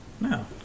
No